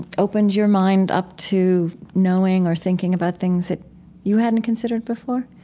and opened your mind up to knowing or thinking about things that you hadn't considered before?